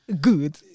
good